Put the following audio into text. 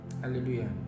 hallelujah